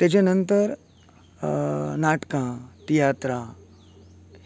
तेजे नंतर नाटकां तियात्रां